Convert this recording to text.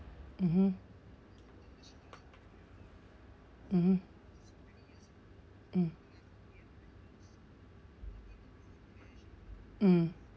mmhmm mmhmm mm mm